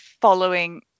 following